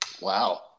Wow